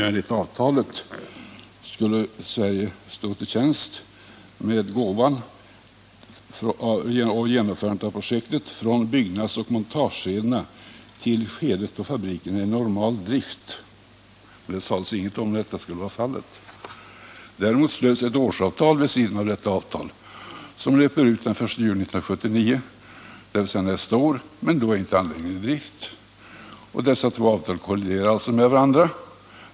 Enligt avtalet skulle Sverige stå till tjänst med gåvan och genomförandet av projektet från byggnadsoch montageskedena till det skede då fabriken är i normal drift. Det sades ingenting om när detta skulle vara fallet. Däremot slöts ett årsavtal vid sidan av detta avtal, som löper ut den 1 juli 1979, men då är inte anläggningen i drift. Dessa två avtal kolliderar alltså med varandra.